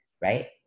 right